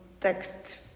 Text